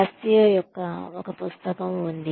కాస్సియో యొక్క ఒక పుస్తకం ఉంది